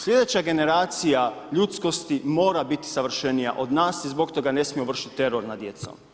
Sljedeća generacija ljudskosti mora biti savršenija od nas i zbog toga ne smijemo vršit teror nad djecom.